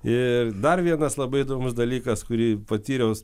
ir dar vienas labai įdomus dalykas kurį patyriau